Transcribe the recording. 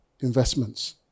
investments